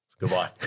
Goodbye